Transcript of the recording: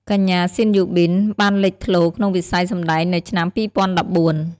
កញ្ញា ស៊ីន យូប៊ីន បានលេចធ្លោក្នុងវិស័យសម្តែងនៅឆ្នាំ ២០១៤។